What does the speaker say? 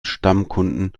stammkunden